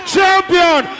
Champion